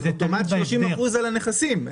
זה אוטומט 30% על הנכסים,